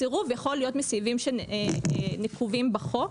הסירוב יכול להיות מסיבות שנקובות בחוק,